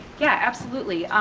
yeah, absolutely.